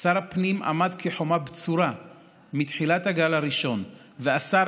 שר הפנים עמד כחומה בצורה מתחילת הגל הראשון ואסר